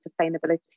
sustainability